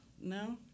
no